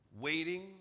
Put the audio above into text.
Waiting